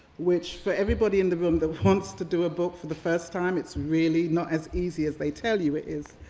which, for everybody in the room that wants to do a book for the first time, it's really not as easy as they tell you it is.